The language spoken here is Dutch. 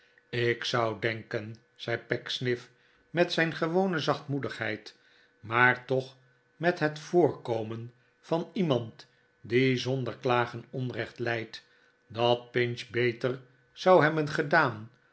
ik zou denken zei pecksniff met zijn gewone zachtmoedigheid maar toch met het voorkomen van iemand die zonder klagen onrecht lijdt dat pinch beter zou hebben gedaan